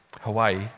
Hawaii